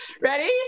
ready